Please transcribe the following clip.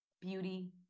beauty